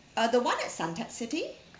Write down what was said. uh the one at Suntec city